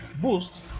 Boost